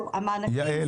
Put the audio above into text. יעל,